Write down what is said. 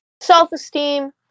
Self-esteem